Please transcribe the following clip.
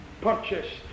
Purchased